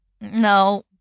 No